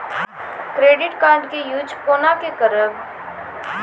Credit card के use कोना के करबऽ?